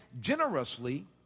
generously